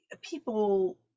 People